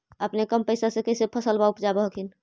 अपने कम पैसा से कैसे फसलबा उपजाब हखिन?